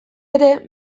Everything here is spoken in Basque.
ere